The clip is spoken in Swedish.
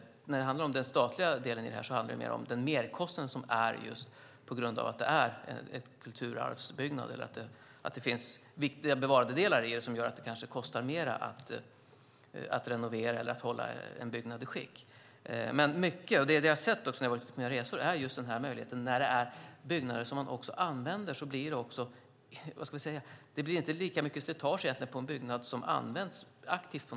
När det gäller den statliga delen i detta handlar det mer om den merkostnad som uppkommer just på grund av att det är en kulturarvsbyggnad. Det kan finnas viktiga bevarandedelar som gör att det kanske kostar mer att renovera eller att hålla en byggnad i skick. Det jag har sett när jag har varit ute på mina resor är att det inte blir lika mycket slitage på en byggnad som används aktivt.